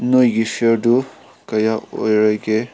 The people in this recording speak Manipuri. ꯅꯣꯏꯒꯤ ꯐꯤꯌꯥꯔꯗꯨ ꯀꯌꯥ ꯑꯣꯏꯔꯒꯦ